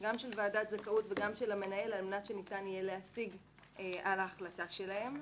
גם של ועדת זכאות וגם של המנהל על מנת שניתן יהיה להשיג על ההחלטה שלהם.